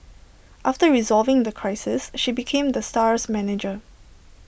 after resolving the crisis she became the star's manager